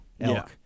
elk